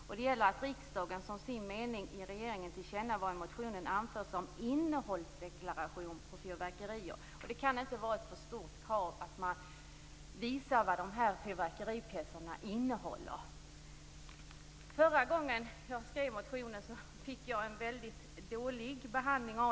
I den föreslår jag att riksdagen som sin mening skall ge regeringen till känna vad i motionen anförs om innehållsdeklaration på fyrverkerier. Det kan inte vara ett för stort krav att man visar vad dessa fyrverkeripjäser innehåller. Förra gången jag lämnade denna motion fick den en väldigt dålig behandling.